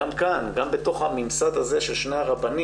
גם בתור הממסד הזה של שני הרבנים,